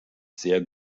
sehr